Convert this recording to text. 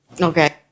Okay